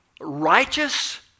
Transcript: righteous